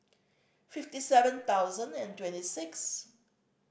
fifty seven thousand and twenty six